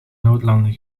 noodlanding